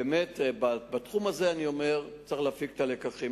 באמת, בתחום הזה אני אומר, צריך להפיק את הלקחים.